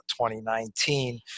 2019